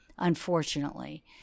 Unfortunately